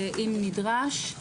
אם נדרש.